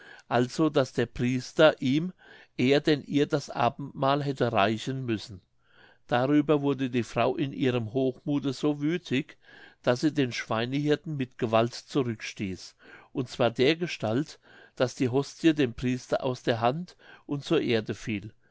also daß der priester ihm eher denn ihr das abendmal hätte reichen müssen darüber wurde die frau in ihrem hochmuthe so wüthig daß sie den schweinehirten mit gewalt zurückstieß und zwar dergestalt daß die hostie dem priester aus der hand und zur erde fiel